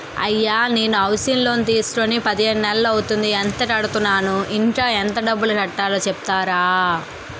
అయ్యా నేను housing loan తీసుకొని పదిహేను నెలలు అవుతోందిఎంత కడుతున్నాను, ఇంకా ఎంత డబ్బు కట్టలో చెప్తారా?